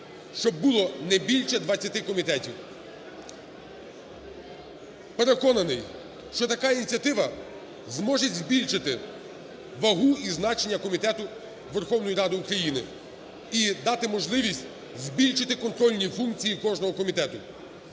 щоб було не більше 20 комітетів. Переконаний, що така ініціатива зможе збільшити вагу і значення комітету Верховної Ради України і дати можливість збільшити контрольні функції кожного комітету.